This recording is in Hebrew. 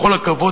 בכל הכבוד,